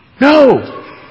No